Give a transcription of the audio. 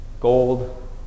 gold